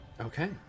Okay